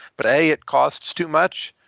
but, a, it costs too much.